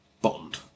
bond